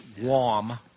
Warm